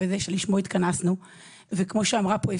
הזה שלשמו התכנסנו וכמו שנאמר פה,